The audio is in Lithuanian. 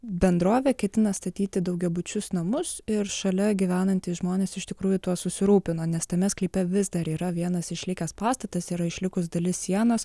bendrovė ketina statyti daugiabučius namus ir šalia gyvenantys žmonės iš tikrųjų tuo susirūpino nes tame sklype vis dar yra vienas išlikęs pastatas yra išlikus dalis sienos